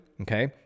okay